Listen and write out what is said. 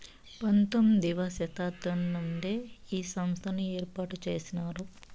పంతొమ్మిది వ శతాబ్దం నుండే ఈ సంస్థను ఏర్పాటు చేసినారు